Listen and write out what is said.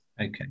Okay